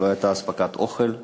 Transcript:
לא הייתה אספקת אוכל,